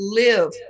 live